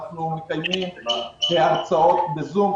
אנחנו מקיימים הרצאות בזום,